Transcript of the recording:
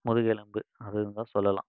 முதுகெலும்பு அது இருந்தால் சொல்லலாம்